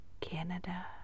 Canada